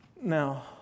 Now